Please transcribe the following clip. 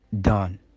done